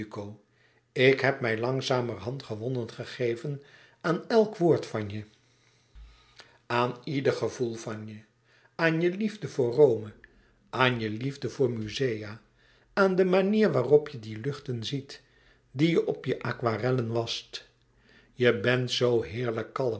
ik heb mij langzamerhand gewonnen gegeven aan elk woord van je aan ieder gevoel van je aan je liefde voor rome aan je liefde voor muzea aan de manier waarop je die luchten ziet die je op je aquarellen wascht je bent zoo heerlijk kalm